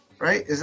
Right